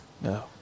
No